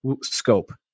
scope